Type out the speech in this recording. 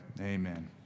amen